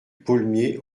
paulmier